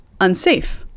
unsafe